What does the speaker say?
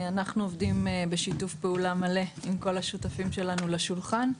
אנחנו עובדים בשיתוף פעולה מלא עם כל השותפים שלנו לשולחן.